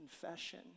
confession